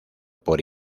por